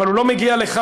אבל הוא לא מגיע לכאן,